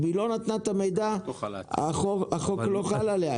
אם היא לא תיתן את המידע החוק לא חל עליה.